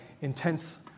intense